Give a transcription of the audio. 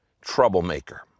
troublemaker